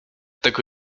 tego